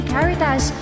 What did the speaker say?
Caritas